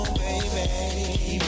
baby